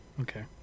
Okay